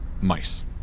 mice